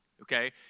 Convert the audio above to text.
okay